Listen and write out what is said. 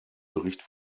bericht